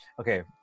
Okay